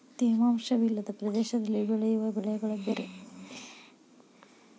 ತೇವಾಂಶ ವಿಲ್ಲದ ಪ್ರದೇಶದಲ್ಲಿ ಬೆಳೆಯುವ ಬೆಳೆಗಳೆ ಬೇರೆ